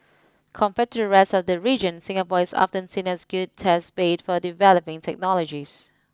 compared to the rest of the region Singapore is often seen as good test bede for developing technologies